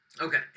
Okay